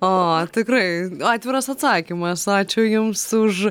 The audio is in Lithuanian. a tikrai atviras atsakymas ačiū jums už